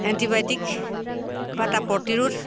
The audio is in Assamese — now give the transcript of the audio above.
এণ্টিবায়'টিক বা তাৰ প্ৰতিৰাধ